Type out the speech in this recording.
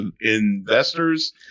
investors